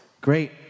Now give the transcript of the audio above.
Great